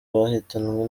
bahitanwe